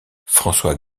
françois